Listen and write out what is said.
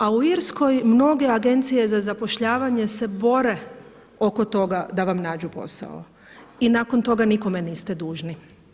A u Irskoj mnoge agencije za zapošljavanja se bore oko toga da vam nađu posao i nakon toga nikome niste dužni.